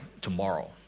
tomorrow